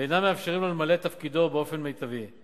ואינם מאפשרים לו למלא את תפקידו באופן מיטבי.